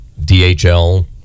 DHL